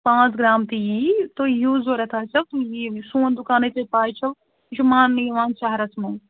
پانٛژھ گرٛام تہِ یی تۅہہِ یِیِو ضروٗرت آسٮ۪و یِیِو یہِ سون دُکانے تۄہہِ پَے چھَو یہِ چھُ ماننہٕ یِوان شَہرَس منٛز